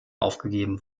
aufgegeben